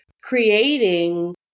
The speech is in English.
creating